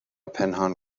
پنهان